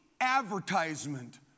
advertisement